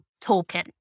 token